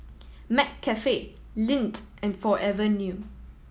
McCafe Lindt and Forever New